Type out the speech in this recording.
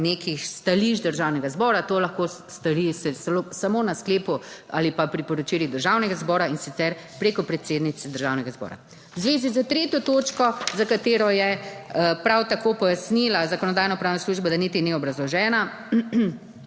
nekih stališč Državnega zbora. To lahko stori samo na sklepu ali pa priporočili Državnega zbora in sicer preko predsednice Državnega zbora. V zvezi s 3. točko, za katero je prav tako pojasnila Zakonodajno-pravna služba, da niti ni obrazložena.